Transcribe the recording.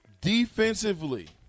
Defensively